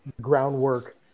groundwork